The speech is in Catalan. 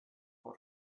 fou